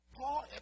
Paul